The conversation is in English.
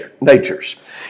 natures